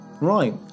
Right